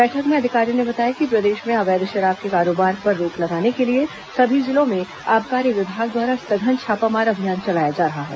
बैठक में अधिकारियों ने बताया कि प्रदेश में अवैध शराब के कारोबार पर रोक लगाने के लिए सभी जिलों में आबकारी विभाग द्वारा सघन छापामार अभियान चलाया जा रहा है